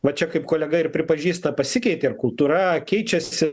va čia kaip kolega ir pripažįsta pasikeitė kultūra keičiasi